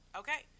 okay